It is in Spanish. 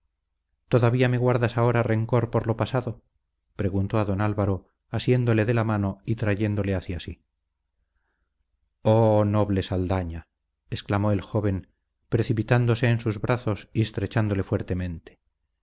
todavía me guardas ahora rencor por lo pasado preguntó a don álvaro asiéndole de la mano y trayéndole hacia sí oh noble saldaña exclamó el joven precipitándose en sus brazos y estrechándole fuertemente